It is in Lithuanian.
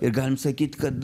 ir galim sakyt kad